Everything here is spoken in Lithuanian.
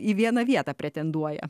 į vieną vietą pretenduoja